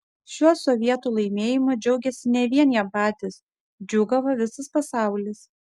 šiuo sovietų laimėjimu džiaugėsi ne vien jie patys džiūgavo visas pasaulis